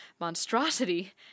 monstrosity